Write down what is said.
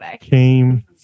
came